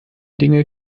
dinge